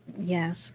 yes